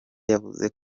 yavuze